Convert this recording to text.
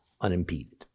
unimpeded